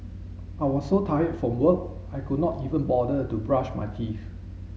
I was so tired from work I could not even bother to brush my teeth